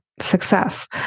success